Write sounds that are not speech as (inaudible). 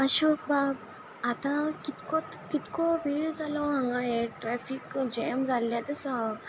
अशोक बाब आतां कितको कितको वेळ जालो हांगा हें ट्रॅफीक जॅम जाल्लें आतां (unintelligible)